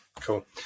Cool